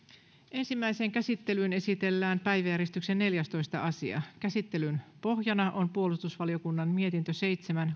ensimmäiseen käsittelyyn esitellään päiväjärjestyksen neljästoista asia käsittelyn pohjana on puolustusvaliokunnan mietintö seitsemän